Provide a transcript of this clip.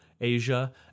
Asia